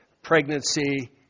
Pregnancy